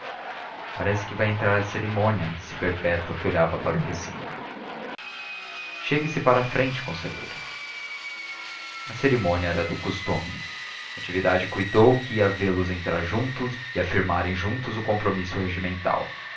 parece que vai entrar a cerimônia disse perpétua que olhava para o recinto chegue-se para a frente conselheiro a cerimônia era a do costume natividade cuidou que ia vê-los entrar juntos e afirmarem juntos o compromisso regimental